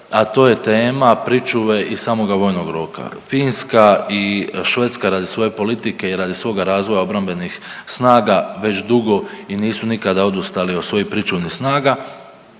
a to je tema pričuve i samoga vojnog roka. Finska i Švedska radi svoje politike i radi svoga razvoja obrambenih snaga već dugo i nisu nikada odustali od svojih pričuvnih snaga,